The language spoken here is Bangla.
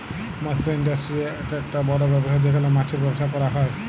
মৎস ইন্ডাস্ট্রি আককটা বড় ব্যবসা যেখালে মাছের ব্যবসা ক্যরা হ্যয়